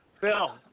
Phil